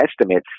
estimates